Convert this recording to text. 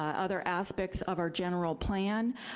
other aspects of our general plan.